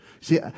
See